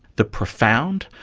the profound,